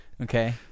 Okay